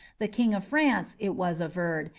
the king of france, it was averred,